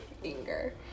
finger